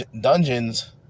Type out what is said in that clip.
dungeons